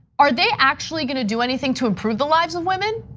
are they actually gonna do anything to improve the lives of women?